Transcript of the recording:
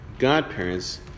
godparents